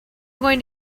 going